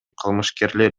кылмышкерлер